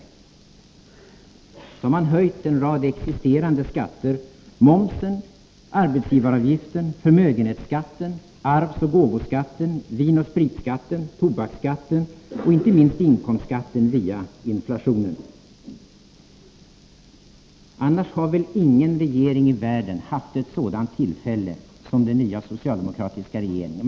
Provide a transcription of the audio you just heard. Dessutom har man höjt en rad existerande skatter, t.ex. momsen, arbetsgivaravgiften, förmögenhetsskatten, arvsoch gåvoskatten, vinoch spritskatten, tobaksskatten och, inte minst, inkomstskatten via inflationen. Annars har väl ingen regering i världen haft ett sådant tillfälle som den nya socialdemokratiska regeringen.